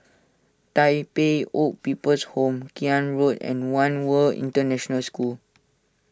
Tai Pei Old People's Home Road and one World International School